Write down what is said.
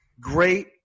great